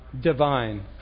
divine